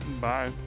Bye